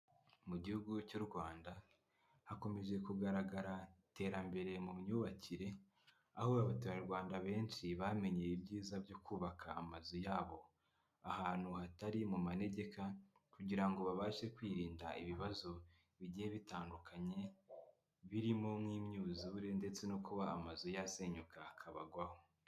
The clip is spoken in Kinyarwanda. Mu gihugu cy'u Rwanda, hakomeje kugaragara iterambere mu myubakire, aho abaturarwanda benshi bamenye ibyiza byo kubaka amazu y'abo ahantu hatari mu manegeka kugira ngo babashe kwirinda ibibazo bigiye bitandukanye, birimo nk'imyuzure ndetse no kuba amazu yasenyuka akabagwaho.